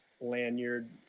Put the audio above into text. lanyard